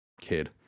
kid